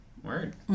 Word